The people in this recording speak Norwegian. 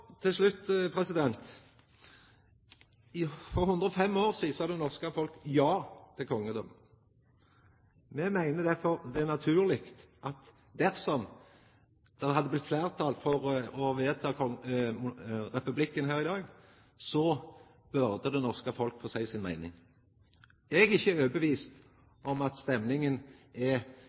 til slutt: For 105 år sidan sa det norske folket ja til kongedømmet. Me meiner det derfor ville vore naturleg, dersom det hadde blitt fleirtal for å vedta å innføra republikk her i dag, at det norske folket fekk seia si meining. Eg er ikkje overbevist om at stemninga er